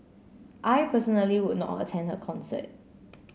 I personally would not attend her concert